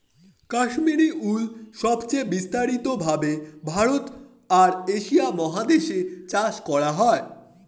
Kashmiri wool সবচেয়ে বিস্তারিত ভাবে ভারতে আর এশিয়া মহাদেশে চাষ করা হয়